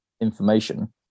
information